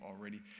already